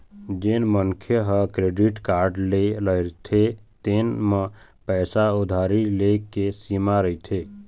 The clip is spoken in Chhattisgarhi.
जेन मनखे ह क्रेडिट कारड ले रहिथे तेन म पइसा उधारी ले के सीमा रहिथे